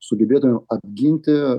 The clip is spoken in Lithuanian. sugebėtumėm apginti